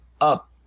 up